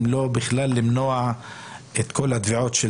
אם לא בכלל למנוע את כל התביעות של